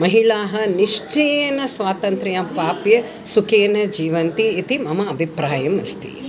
महिलाः निश्चयेन स्वातन्त्र्यं प्राप्य सुखेन जीवन्ति इति मम अभिप्रायः अस्ति